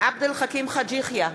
עבד אל חכים חאג' יחיא,